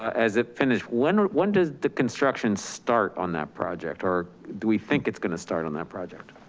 as it finished, when when does the construction start on that project? or do we think it's gonna start on that project?